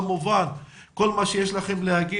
כמובן כל מה שיש לכם לומר,